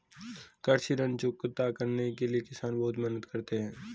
कृषि ऋण चुकता करने के लिए किसान बहुत मेहनत करते हैं